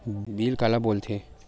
Bill काला बोल थे?